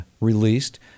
released